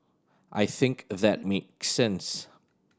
I think that make sense